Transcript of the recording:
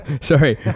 sorry